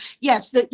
yes